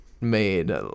made